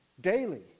Daily